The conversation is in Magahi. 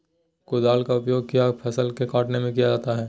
कुदाल का उपयोग किया फसल को कटने में किया जाता हैं?